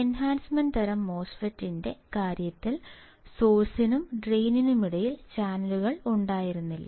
enhancement തരം മോസ്ഫെറ്റിന്റെ കാര്യത്തിൽ സോഴ്സിനും ഡ്രെയിനിനുമിടയിൽ ചാനലുകൾ ഉണ്ടായിരുന്നില്ല